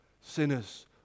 Sinners